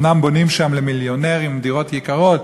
אומנם בונים שם למיליונרים דירות יקרות,